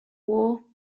war